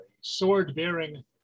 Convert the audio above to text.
sword-bearing